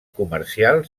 comercial